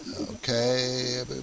Okay